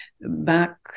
back